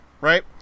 right